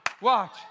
Watch